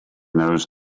those